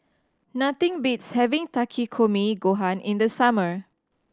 nothing beats having Takikomi Gohan in the summer